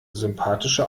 sympathische